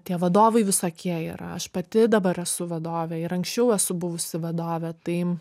tie vadovai visokie yra aš pati dabar esu vadovė ir anksčiau esu buvusi vadovė tai